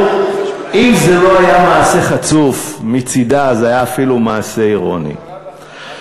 לא היה מעשה חצוף מצדה, זה היה אפילו מעשה אירוני.